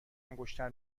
انگشتر